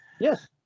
Yes